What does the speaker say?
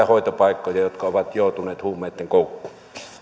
hoitopaikat nuorille jotka ovat joutuneet huumeitten koukkuun